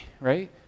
right